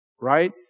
right